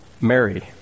Mary